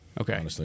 Okay